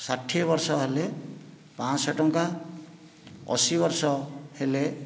ଷାଠିଏ ବର୍ଷ ହେଲେ ପାଞ୍ଚଶହ ଟଙ୍କା ଅଶି ବର୍ଷ ହେଲେ